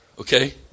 okay